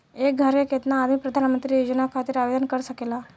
एक घर के केतना आदमी प्रधानमंत्री योजना खातिर आवेदन कर सकेला?